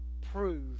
prove